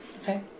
Okay